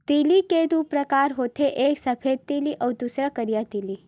तिली के दू परकार होथे एक सफेद तिली अउ दूसर करिया तिली